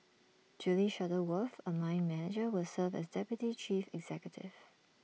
Julie Shuttleworth A mine manager will serve as deputy chief executive